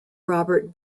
robert